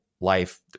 life